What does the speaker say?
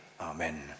Amen